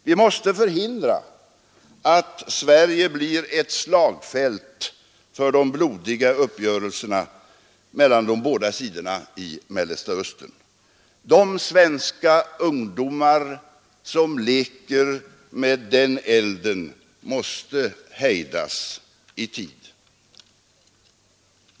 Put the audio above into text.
Vi måste förhindra att Sverige blir ett slagfält för de blodiga uppgörelserna mellan de båda sidorna i Mellersta Östern-konflikten. De svenska ungdomar som leker med den elden måste hejdas i tid.